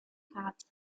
hats